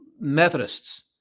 Methodists